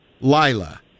Lila